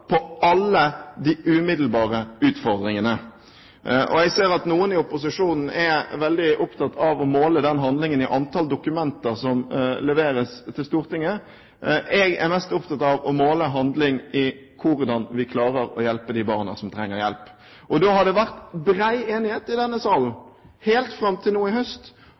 på alle de umiddelbare utfordringene, og jeg ser at noen i opposisjonen er veldig opptatt av å måle handlingen i antall dokumenter som leveres til Stortinget. Jeg er mest opptatt av å måle handling i hvordan vi klarer å hjelpe de barna som trenger hjelp. Og det har vært bred enighet i denne salen helt fram til nå i høst